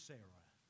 Sarah